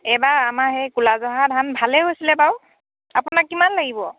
এইবাৰ আমাৰ সেই ক'লা জহা ধান ভালেই হৈছিলে বাৰু আপোনাক কিমান লাগিব